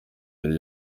yari